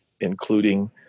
including